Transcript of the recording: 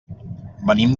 venim